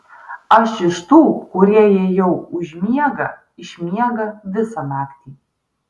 aš iš tų kurie jei jau užmiega išmiega visą naktį